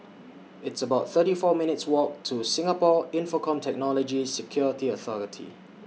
It's about thirty four minutes' Walk to Singapore Infocomm Technology Security Authority